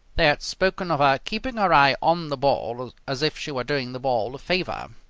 they had spoken of her keeping her eye on the ball as if she were doing the ball a favour.